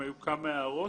היו כמה הערות.